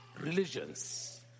religions